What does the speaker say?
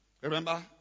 Remember